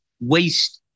waste